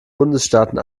bundesstaaten